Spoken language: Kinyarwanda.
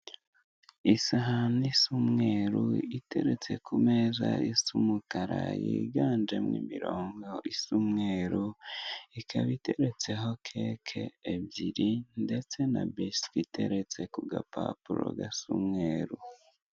Isahani isa umweru iteretse ku meza isa umukara higanjemo imirongo isa umweru ikaba iteretseho keke ebyiri ndetse na biswi iteretse ku gapapuro gasa umweru.